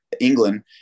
England